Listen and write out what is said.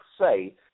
say